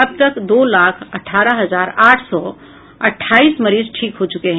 अब तक दो लाख अठारह हजार आठ सौ अठाईस मरीज ठीक हो चुके हैं